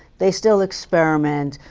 they still experiment.